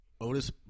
Otis